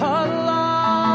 alone